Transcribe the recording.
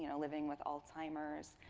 and living with alzheimer's.